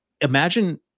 Imagine